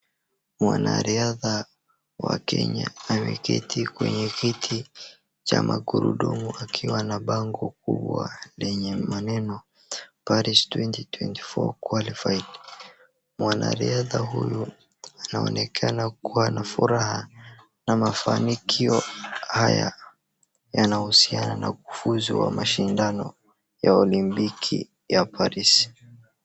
Mwanariadha wa Kenya ameketi kwenye kiti cha magurudumu akiwa na bango kubwa lenye maneno Paris twenty twenty four qualified . Mwanariadha huyo anaonekana kuwa na furaha na mafanikio haya yanahusiana na kufuzu kwa mashindano ya Olimpiki ya Paris.